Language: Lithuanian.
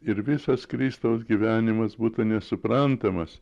ir visas kristaus gyvenimas būtų nesuprantamas